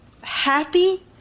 happy